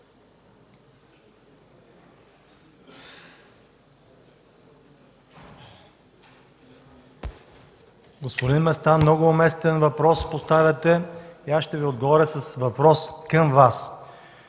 Господин Местан, много уместен въпрос поставяте. Аз ще Ви отговоря с въпрос към Вас.